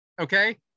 Okay